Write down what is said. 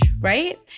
right